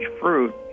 Fruit